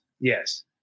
Yes